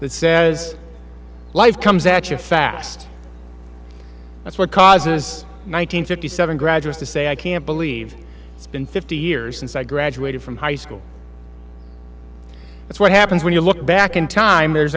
that says life comes at you fast that's what causes one nine hundred fifty seven graduates to say i can't believe it's been fifty years since i graduated from high school that's what happens when you look back in time there's